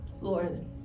Lord